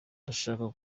ndashaka